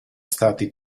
stati